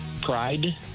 Pride